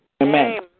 Amen